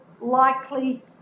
likely